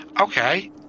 Okay